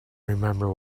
remember